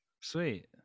Sweet